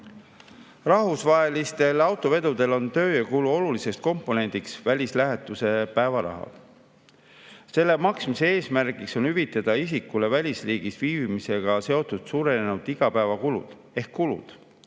elanikele. Rahvusvahelistel autovedudel on tööjõukulu oluliseks komponendiks välislähetuse päevaraha. Selle maksmise eesmärgiks on hüvitada isikule välisriigis viibimisega seotud suurenenud igapäevakulud ehk kulud,